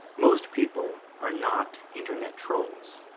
most people are not internet trolls.